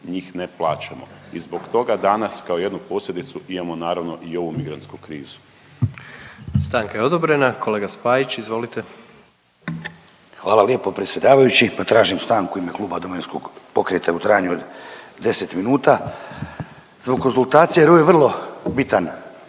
njih ne plaćamo i zbog toga danas kao jednu posljedicu imamo naravno i ovu migrantsku krizu.